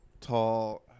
tall